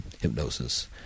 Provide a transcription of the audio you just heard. hypnosis